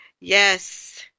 yes